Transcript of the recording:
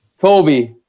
Kobe